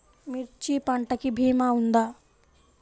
మిర్చి పంటకి భీమా ఉందా?